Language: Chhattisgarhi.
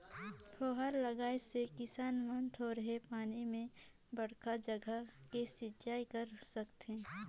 फुहारा लगाए से किसान मन थोरहें पानी में बड़खा जघा के सिंचई कर सकथें